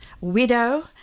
Widow